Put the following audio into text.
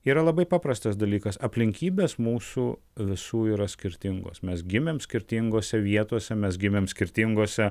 yra labai paprastas dalykas aplinkybės mūsų visų yra skirtingos mes gimėm skirtingose vietose mes gimėm skirtingose